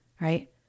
right